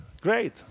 great